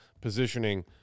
positioning